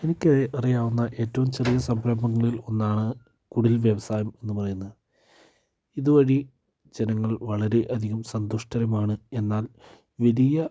എനിക്ക് അറിയാവുന്ന ഏറ്റവും ചെറിയ സംരംഭങ്ങളിൽ ഒന്നാണ് കുടിൽ വ്യവസായം എന്നു പറയുന്നത് ഇതുവഴി ജനങ്ങൾ വളരെ അധികം സന്തുഷ്ടരുമാണ് എന്നാൽ വലിയ